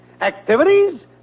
Activities